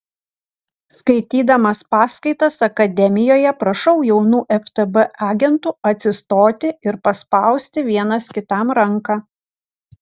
skaitydamas paskaitas akademijoje prašau jaunų ftb agentų atsistoti ir paspausti vienas kitam ranką